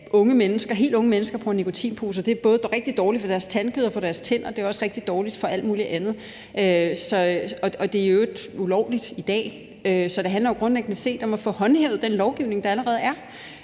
cigaretter. At helt unge mennesker bruger nikotinposer, er både rigtig dårligt for deres tandkød og for deres tænder, og det er også rigtig dårligt for alt muligt andet. Det er i øvrigt ulovligt i dag, så det handler jo grundlæggende set om at få håndhævet den lovgivning, der allerede er.